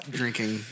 drinking